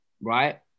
right